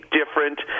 different